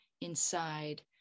inside